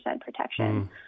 protection